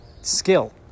skill